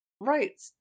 Right